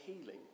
healing